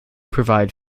provide